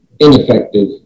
ineffective